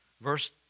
Verse